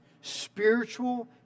spiritual